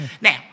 Now